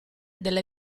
delle